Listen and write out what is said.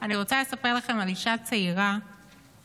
אני רוצה לספר לכם על אישה צעירה שאני